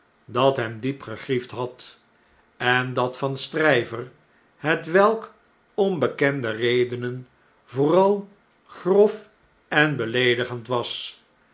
dat hem diep gegriefd had en dat van stry ver hetwelk om bekende redenen vooral grof en beleedifend was